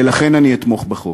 ולכן אני אתמוך בחוק.